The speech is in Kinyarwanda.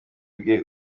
bwe